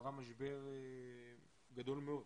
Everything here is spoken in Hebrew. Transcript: שעברה משבר גדול מאוד.